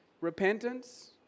Repentance